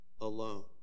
alone